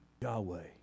Yahweh